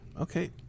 Okay